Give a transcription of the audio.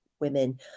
women